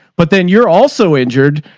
but then you're also injured.